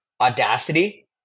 Audacity